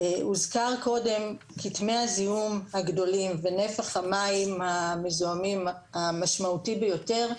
הוזכר קודם כתמי הזיהום הגדולים ונפח המים המזוהמים המשמעותי ביותר,